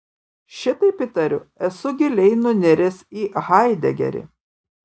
šitaip įtariu esu giliai nuniręs į haidegerį